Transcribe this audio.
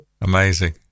Amazing